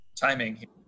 timing